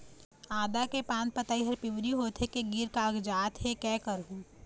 आदा के पान पतई हर पिवरी होथे के गिर कागजात हे, कै करहूं?